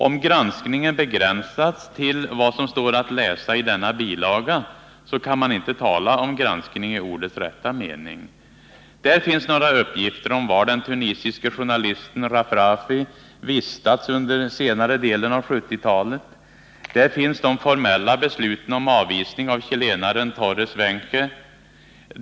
Om granskningen begränsats till vad som står att läsa i denna bilaga kan man inte tala om granskning i ordets rätta mening. Där finns några uppgifter om var den tunisiske journalisten Rafrafi vistats under senare delen av 1970-talet. Där finns de formella besluten om avvisning av chilenaren Torres Wenche.